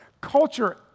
culture